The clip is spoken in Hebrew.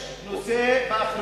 יש נושא באחריות.